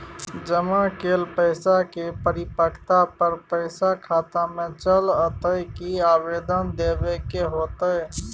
जमा कैल पैसा के परिपक्वता पर पैसा खाता में चल अयतै की आवेदन देबे के होतै?